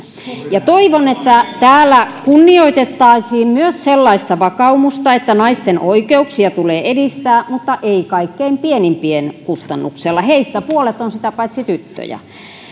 toivon että täällä kunnioitettaisiin myös sellaista vakaumusta että naisten oikeuksia tulee edistää mutta ei kaikkein pienimpien kustannuksella heistä puolet on sitä paitsi tyttöjä